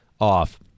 off